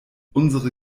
unsere